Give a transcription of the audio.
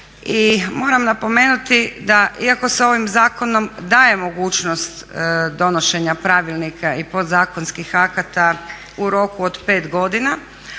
moram napomenuti da iako se ovim zakonom daje mogućnost donošenja pravilnika i podzakonskih akata u roku od 5 godina